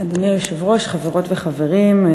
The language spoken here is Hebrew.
אדוני היושב-ראש, חברות וחברים,